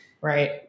right